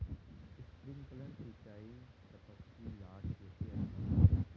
Sprinkler सिंचाई चयपत्ति लार केते अच्छा होचए?